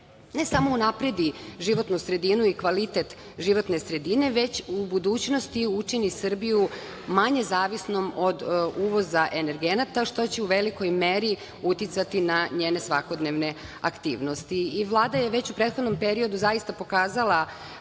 ne samo unapredi životnu sredinu i kvalitet životne sredine, već u budućnosti učini Srbiju manje zavisnom od uvoza energenata, što će u velikoj meri uticati na njene svakodnevne aktivnosti. Vlada je već u prethodnom periodu zaista pokazala